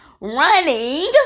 running